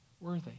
worthy